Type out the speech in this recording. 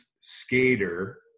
skater